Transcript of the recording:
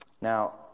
Now